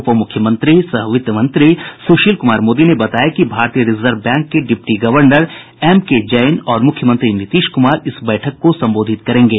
उपमुख्यमंत्री सह वित्त मंत्री सुशील कुमार मोदी ने बताया कि भारतीय रिजर्व बैंक के deputy governor M K Jain और मुख्यमंत्री नीतीश कुमार इस बैठक को संबोधित करेंगे